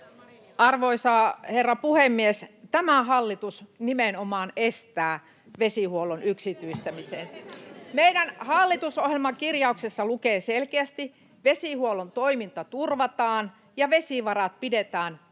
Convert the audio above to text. Arvoisa herra puhemies! Tämä hallitus nimenomaan estää vesihuollon yksityistämisen. Meidän hallitusohjelman kirjauksessa lukee selkeästi: ”Vesihuollon toiminta turvataan ja vesivarat pidetään kansallisissa